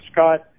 Scott